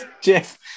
Jeff